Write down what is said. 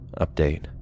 Update